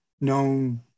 known